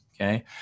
okay